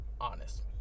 honest